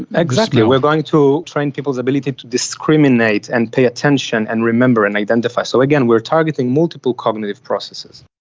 exactly, we are going to train people's ability to discriminate and pay attention and remember and identify. so again, we are targeting multiple cognitive processes.